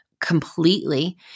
completely